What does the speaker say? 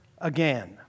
again